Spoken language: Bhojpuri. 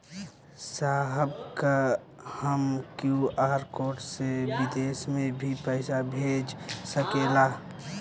साहब का हम क्यू.आर कोड से बिदेश में भी पैसा भेज सकेला?